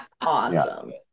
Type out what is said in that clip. awesome